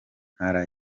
ntara